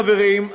חברים,